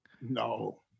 No